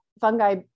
fungi